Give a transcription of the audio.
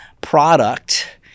product